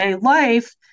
life